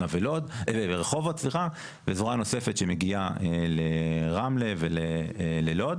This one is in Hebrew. ורחובות וזרוע נוספת שמגיעה לרמלה וללוד.